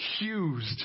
accused